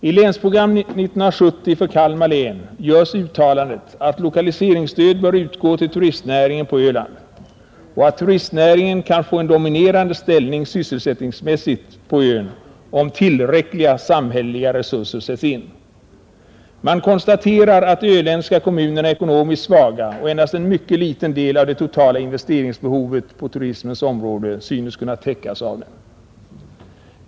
I Länsprogram 1970 för Kalmar län görs uttalandet att lokaliseringsstöd bör utgå till turistnäringen på Öland och att turistnäringen kan få en dominerande ställning sysselsättningsmässigt på ön om tillräckliga samhälleliga resurser sätts in. Man konstaterar att de öländska kommunerna är ekonomiskt svaga och att endast en mycket liten del av det totala investeringsbehovet på turismens område synes kunna täckas av dem.